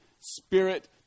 spirit